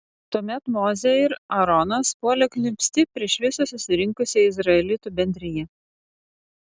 tuomet mozė ir aaronas puolė kniūbsti prieš visą susirinkusią izraelitų bendriją